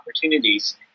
opportunities